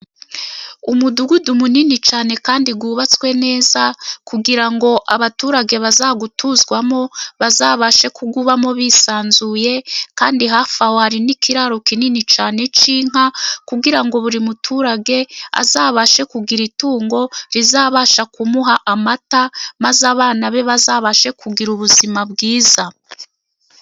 Umudugudu munini cyane kandi wubatswe neza, kugira ngo abaturage bazawutuzwamo bazabashe kuwubamo bisanzuye. Kandi hafi aho hari n'ikiraro kinini cyane cy'inka, kugira ngo buri muturage azabashe kugira itungo rizabasha kumuha amata, maze abana be bazabashe kugira ubuzima bwiza.